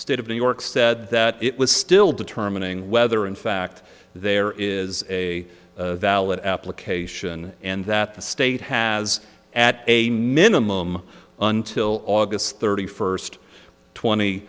state of new york said that it was still determining whether in fact there is a valid application and that the state has at a minimum until august thirty first twenty